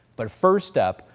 but first up,